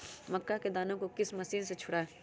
मक्का के दानो को किस मशीन से छुड़ाए?